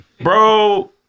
bro